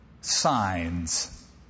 Signs